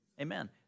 Amen